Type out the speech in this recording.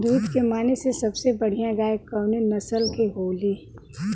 दुध के माने मे सबसे बढ़ियां गाय कवने नस्ल के होली?